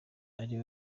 ari